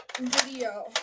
video